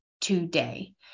today